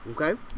Okay